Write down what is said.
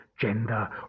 gender